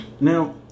Now